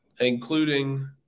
including